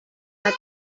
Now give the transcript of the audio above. but